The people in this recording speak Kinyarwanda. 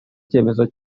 icyemezo